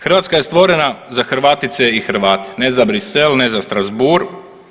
Hrvatska je stvorena za Hrvatice i Hrvate, ne za Bruxelles, ne za Strasbourg.